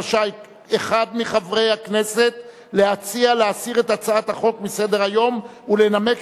רשאי אחד מחברי הכנסת להציע להסיר את הצעת החוק מסדר-היום ולנמק